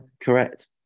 correct